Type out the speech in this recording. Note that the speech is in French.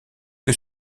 que